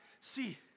see